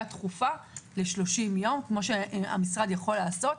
דחופה ל-30 יום כפי שהמשרד יכול לעשות,